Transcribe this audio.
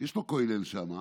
יש לו כולל שם,